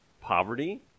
poverty